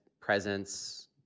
presence